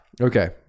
Okay